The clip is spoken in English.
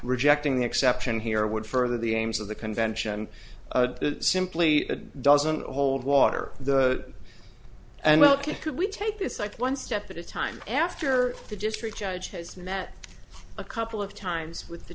rejecting the exception here would further the aims of the convention simply doesn't hold water the and well could we take this side one step at a time after the district judge has met a couple of times with the